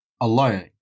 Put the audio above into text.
alone